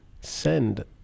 send